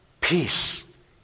peace